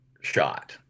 shot